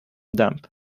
damp